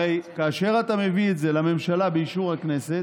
הרי כאשר אתה מביא את זה לממשלה באישור הכנסת,